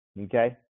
Okay